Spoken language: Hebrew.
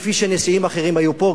כפי שנשיאים אחרים היו פה,